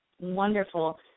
Wonderful